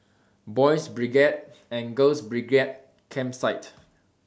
Boys' Brigade and Girls' Brigade Campsite